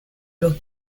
los